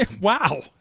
Wow